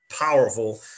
powerful